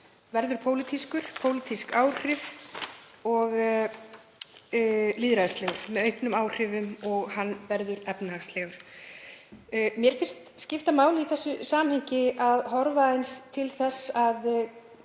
er í mínum huga pólitískur og lýðræðislegur, með auknum áhrifum, og hann verður efnahagslegur. Mér finnst skipta máli í þessu samhengi að horfa til þess að